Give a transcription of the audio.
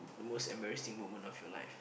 the most embarrassing moment of your life